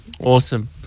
Awesome